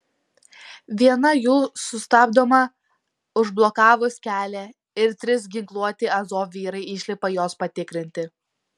viena jų sustabdoma užblokavus kelią ir trys ginkluoti azov vyrai išlipa jos patikrinti